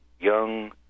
young